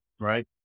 right